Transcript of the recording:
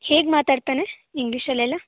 ಹೇಗೆ ಮಾತಾಡ್ತಾನೆ ಇಂಗ್ಲೀಷಲ್ಲೆಲ್ಲ